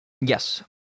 Yes